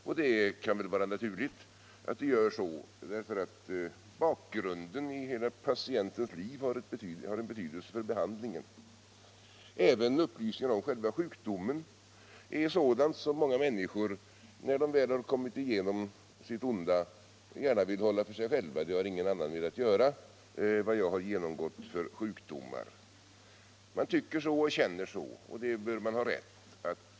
Det kan väl också vara naturligt att så sker, eftersom bakgrunden, hela patientens liv, har betydelse för behandlingen. Även upplysningar om själva sjukdomen är sådant som många människor, när de väl kommit igenom sitt onda, gärna vill hålla för sig själva — ingen annan har något att göra med vad jag har genomgått för sjukdomar. Man tycker så och känner så, och det bör man ha rätt till.